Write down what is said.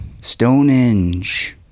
Stonehenge